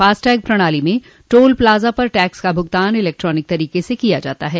FASTag प्रणाली में toll plaza पर टैक्स का भुगतान इलेक्ट्रॉनिक तरीके से कर दिया जाता है